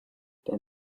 then